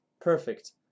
Perfect